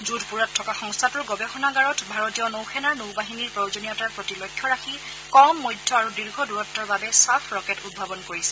যোধপুৰত থকা সংস্থাটোৰ গৱেষণাগাৰত ভাৰতীয় নৌসেনাৰ নৌবাহিনীৰ প্ৰয়োজনীয়তাৰ প্ৰতি লক্ষ্য ৰাখি কম মধ্য আৰু দীৰ্ঘ দূৰত্বৰ বাবে চাফ ৰকেট উদ্ভাৱন কৰিছে